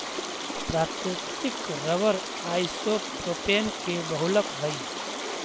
प्राकृतिक rubber isopropene के बहुलक हई